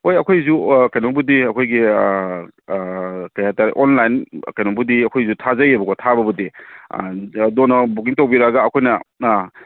ꯍꯣꯏ ꯑꯩꯈꯣꯏꯁ ꯀꯩꯅꯣꯕꯨꯗꯤ ꯑꯩꯈꯣꯏꯒꯤ ꯀꯔꯤ ꯍꯥꯏꯇꯥꯔꯦ ꯑꯣꯟꯂꯥꯏꯟ ꯀꯩꯅꯣꯕꯨꯗꯤ ꯑꯩꯈꯣꯏꯁꯨ ꯊꯥꯖꯩꯕꯀꯣ ꯊꯥꯕꯕꯨꯗꯤ ꯑꯗꯣꯝꯅ ꯕꯨꯛꯀꯤꯡ ꯇꯧꯕꯤꯔꯒ ꯑꯩꯈꯣꯏꯅ ꯑꯥ